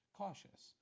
cautious